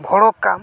ᱵᱷᱚᱲᱚᱠᱟᱢ